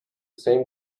same